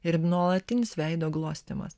ir nuolatinis veido glostymas